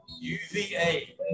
UVA